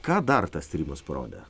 ką dar tas tyrimas parodė